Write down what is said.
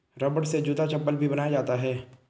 रबड़ से जूता चप्पल भी बनाया जाता है